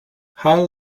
how